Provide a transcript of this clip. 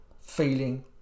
feeling